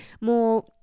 more